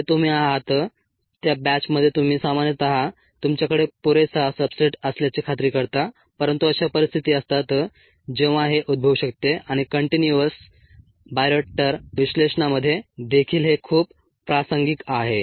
ते तुम्ही आहात त्या बॅचमध्ये तुम्ही सामान्यत तुमच्याकडे पुरेसा सब्सट्रेट असल्याची खात्री करता परंतु अशा परिस्थिती असतात जेव्हा हे उद्भवू शकते आणि कंटीन्युअस बायोरिएक्टर विश्लेषणामध्ये देखील हे खूप प्रासंगिक आहे